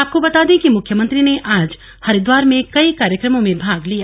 आपको बता दें कि मुख्यमंत्री ने आज हरिद्वार में कई कार्यक्रमो में भाग लिया